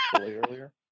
earlier